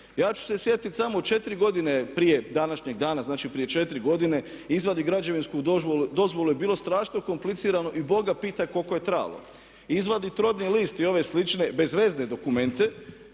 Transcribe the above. Ja ću se sjetiti samo 4 godine prije današnjeg dana znači prije 4 godine izvaditi građevinsku dozvolu je bilo strašno komplicirano i Boga pitaj koliko je trajalo. Izvaditi rodni list i ove slične „bezvezne“ dokumente,